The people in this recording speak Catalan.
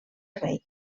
rei